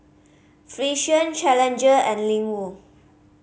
Frixion Challenger and Ling Wu